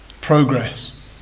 progress